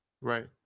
Right